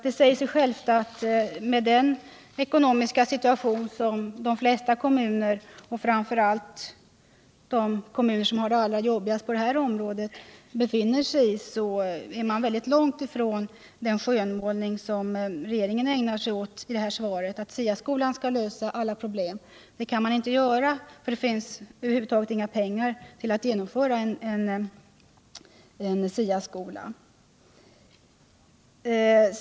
Det säger sig självt att med den ekonomiska situation som de flesta kommuner — framför allt de kommuner som har det allra jobbigast på det här området — befinner sig i är man väldigt långt ifrån den skönmålning regeringen gör i svaret, där det hävdas att SIA skolan skall lösa alla problem. Det kan man inte påstå, eftersom det över huvud taget inte finns några pengar för att genomföra SIA-skolan.